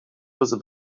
with